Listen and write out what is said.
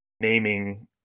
naming